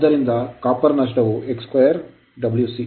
ಆದ್ದರಿಂದ copper loss ತಾಮ್ರ ನಷ್ಟ X2 Wc